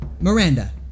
Miranda